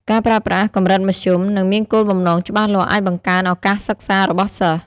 ការប្រើប្រាស់កម្រិតមធ្យម និងមានគោលបំណងច្បាស់លាស់អាចបង្កើនឱកាសសិក្សារបស់សិស្ស។